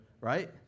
right